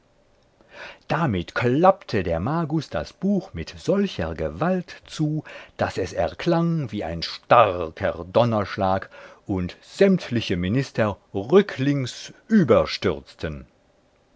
damit klappte der magus das buch mit solcher gewalt zu daß es erklang wie ein starker donnerschlag und sämtliche minister rücklings überstürzten